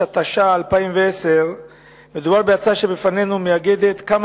התש"ע 2010. ההצעה שבפנינו מאגדת כמה